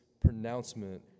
pronouncement